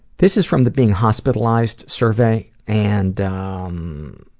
this is from the being hospitalized survey, and um,